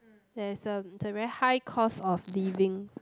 there's a is a very high cost of living